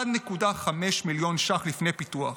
1.5 מיליון ש"ח לפני פיתוח.